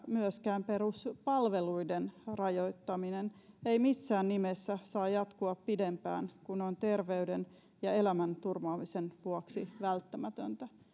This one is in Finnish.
myöskään peruspalveluiden rajoittaminen ei saa missään nimessä jatkua pidempään kuin on terveyden ja elämän turvaamisen vuoksi välttämätöntä